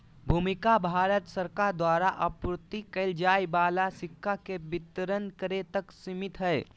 भूमिका भारत सरकार द्वारा आपूर्ति कइल जाय वाला सिक्का के वितरण करे तक सिमित हइ